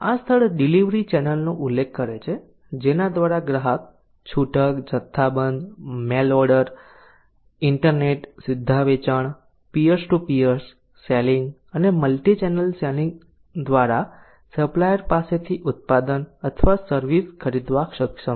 આ સ્થળ ડિલિવરી ચેનલનો ઉલ્લેખ કરે છે જેના દ્વારા ગ્રાહક છૂટક જથ્થાબંધ મેલ ઓર્ડર ઇન્ટરનેટ સીધા વેચાણ પીઅર્સ ટુ પીઅર્સ સેલિંગ અને મલ્ટીચેનલ સેલિંગ દ્વારા સપ્લાયર પાસેથી ઉત્પાદન અથવા સર્વિસ ખરીદવા સક્ષમ છે